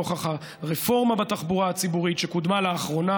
נוכח רפורמה בתחבורה הציבורית שקודמה לאחרונה